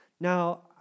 Now